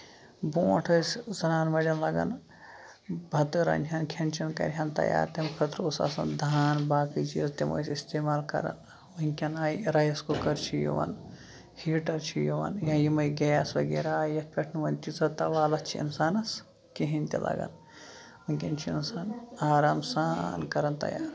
برونٹھ ٲسۍ زَنانہٕ ماجٮ۪ن لگان بتہٕ رَننہِ ہن کھٮ۪ن چین کَرِہن تِم تَیار تَمہِ خٲطرٕ اوس آسان دان باقی چیٖز تِم ٲسۍ اِستعمال کران ؤنکین آیہِ رایِس کُکر چھِ یِوان ہیٖٹر چھُ یِوان یا یِمے گیس وغیرہ آیہِ یَتھ پٮ۪ٹھ نہٕ وۄنۍ تیٖژاہ تَوالَتھ چھِ اِنسانس کِہینۍ تہِ لگان ؤنکین چھُ آسان آرام سان کَران تَیار